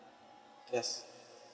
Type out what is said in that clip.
yes